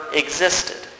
existed